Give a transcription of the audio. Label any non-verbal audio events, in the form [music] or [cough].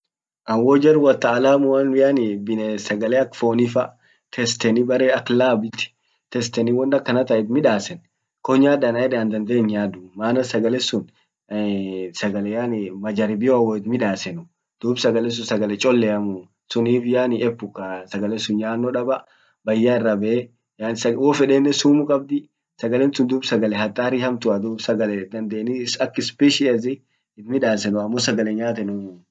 An wo jar wataaalamuan yani bines sagale ak foni fa testeni bare ak labit testeni won akana tan it midasan ko nyad anan yedan an dandee hinyandu mana sagale sun [hesitation] sagale yani majaribio wot midasanu dub sagale sun sagale cholleamu, sunif yani epuka sagale sun nyanno daba baya irra bee yan sa hofedenen sumu qabdi sagale tun dub sagale hatari hamtua dub sagale dandeni ak species si itmidasanu amo sagale nyatanumu.